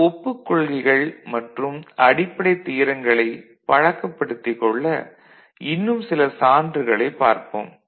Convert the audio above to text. இந்த ஒப்புக் கொள்கைகள் மற்றும் அடிப்படைத் தியரங்களைப் பழக்கப்படுத்திக் கொள்ள இன்னும் சில சான்றுகளைப் பார்ப்போம்